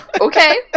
Okay